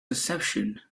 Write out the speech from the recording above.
inception